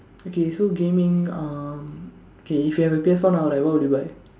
okay so gaming um okay if you have a P_S four now right what would you buy